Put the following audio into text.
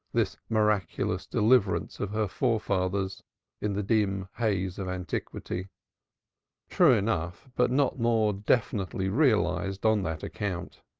this miraculous deliverance of her forefathers in the dim haze of antiquity true enough but not more definitely realized on that account.